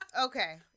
Okay